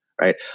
right